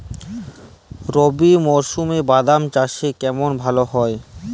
রবি মরশুমে বাদাম চাষে কেমন লাভ হয়?